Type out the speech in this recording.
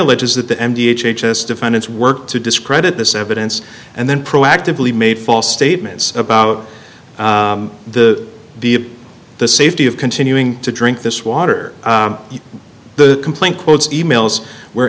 alleges that the m d h h s defendants worked to discredit this evidence and then proactively made false statements about the the the safety of continuing to drink this water the complaint quotes e mails were